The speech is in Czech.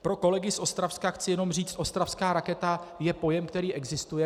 Pro kolegy z Ostravska chci jenom říct, že ostravská raketa je pojem, který existuje.